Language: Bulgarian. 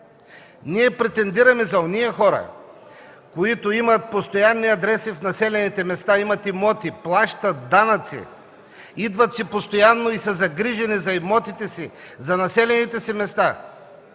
Ние претендираме за онези хора, които имат постоянни адреси в населените места, имат имоти, плащат данъци, идват си постоянно и са загрижени за имотите си, за населените си места